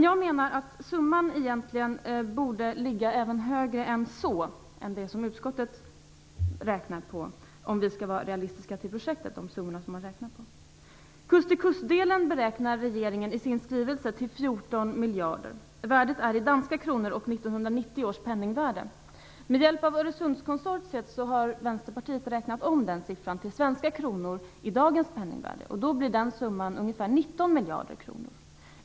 Jag menar att summan för projektet egentligen också borde ligga högre än vad utskottet har räknat fram, om vi skall vara realistiska. Kust-till-kust-förbindelsen beräknar regeringen i sin skrivelse till 14 miljarder. Värdet är i danska kronor och i 1990 års penningvärde. Med hjälp av Öresundskonsortiet har Vänsterpartiet räknat om den siffran till svenska kronor i dagens penningvärde, och då blir summan ungefär 19 miljarder kronor.